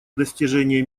достижение